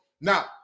Now